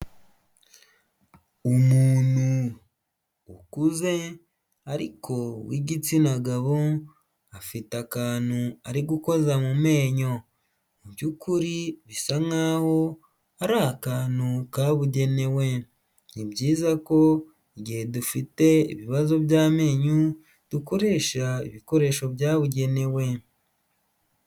Umuntu ukuze ariko w'igitsina gabo afite akantu ari gukoza mu menyo mubyukuri bisa nkaho ari akantu kabugenewe. Ni byiza ko igihe dufite ibibazo by'amenyo dukoresha ibikoresho byabugenewe.